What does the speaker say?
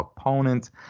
opponent